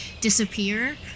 disappear